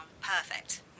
Perfect